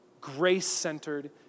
grace-centered